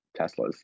Teslas